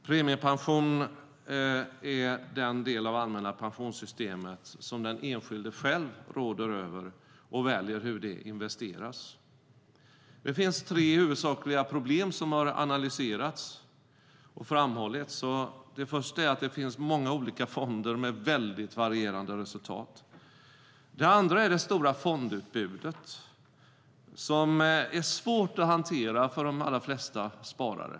Premiepensionen är den del av det allmänna pensionssystemet som den enskilde själv råder över och väljer hur den investeras. Det finns tre huvudsakliga problem som har analyserats och framhållits. Det första är att det finns många olika fonder med väldigt varierande resultat. Det andra är det stora fondutbudet, som är svårt att hantera för de allra flesta sparare.